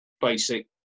basic